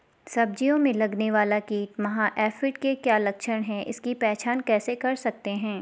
सब्जियों में लगने वाला कीट माह एफिड के क्या लक्षण हैं इसकी पहचान कैसे कर सकते हैं?